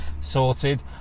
Sorted